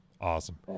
Awesome